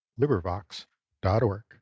LibriVox.org